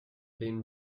been